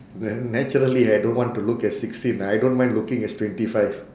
then naturally I don't want to look as sixteen I don't mind looking as twenty five